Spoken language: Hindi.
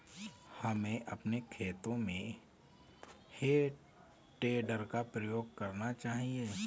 हमें अपने खेतों में हे टेडर का प्रयोग करना चाहिए